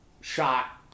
shot